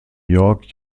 york